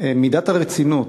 מידת הרצינות,